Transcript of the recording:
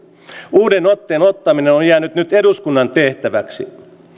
uuden otteen ottaminen on on jäänyt nyt eduskunnan tehtäväksi